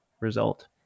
result